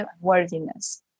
worthiness